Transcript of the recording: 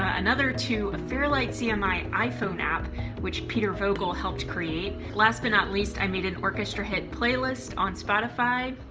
another to a fairlight cmi iphone app which peter vogel helped create, last but not least i made an orchestra hit playlist on spotify.